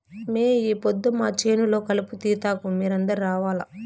మే ఈ పొద్దు మా చేను లో కలుపు తీతకు మీరందరూ రావాల్లా